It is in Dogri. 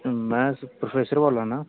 में प्रोफेसर बोल्लै ना